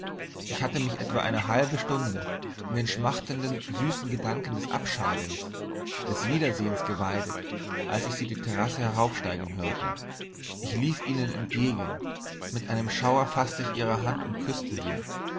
ich hatte mich etwa eine halbe stunde in den schmachtenden süßen gedanken des abscheidens des wiedersehens geweidet als ich sie die terrasse heraufsteigen hörte ich lief ihnen entgegen mit einem schauer faßte ich ihre hand und küßte sie